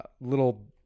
little